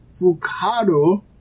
Fukado